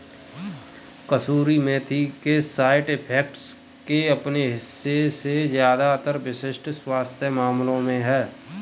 कसूरी मेथी के side effects के अपने हिस्से है ज्यादातर विशिष्ट स्वास्थ्य मामलों में है